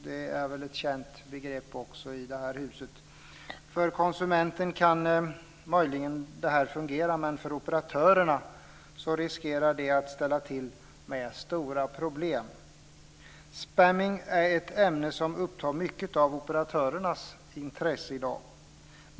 Det är väl ett känt begrepp även i det här huset. För konsumenten kan möjligen detta fungera, men för operatörerna riskerar det att ställa till med stora problem. Spamming är ett ämne som upptar mycket av operatörernas intresse i dag.